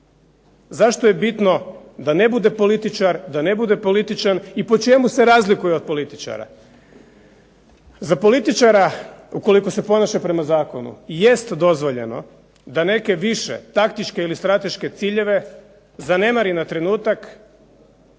zašto je bitno da ne bude političar, da ne bude političan, i po čemu se razlikuje od političara? Za političara ukoliko se ponaša prema Zakonu jest dozvoljeno da neke više taktičke i strateške ciljeve zanemari na trenutak